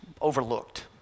overlooked